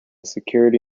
security